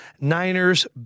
Niners